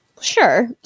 Sure